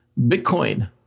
Bitcoin